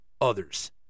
others